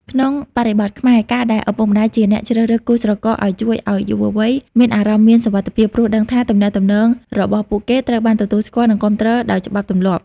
ក្នុងបរិបទខ្មែរ ការដែលឪពុកម្ដាយជាអ្នកជ្រើសរើសគូស្រករឱ្យ ជួយឱ្យយុវវ័យមានអារម្មណ៍មានសុវត្ថិភាព ព្រោះដឹងថាទំនាក់ទំនងរបស់ពួកគេត្រូវបានទទួលស្គាល់ និងគាំទ្រដោយច្បាប់ទម្លាប់។